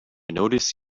notice